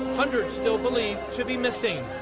hundreds still believed to be missing.